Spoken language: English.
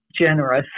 generous